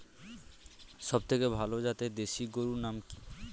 সবথেকে ভালো জাতের দেশি গরুর নাম কি?